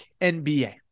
NBA